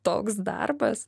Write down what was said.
toks darbas